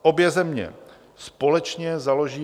Obě země společně založí